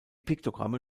piktogramme